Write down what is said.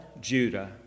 Judah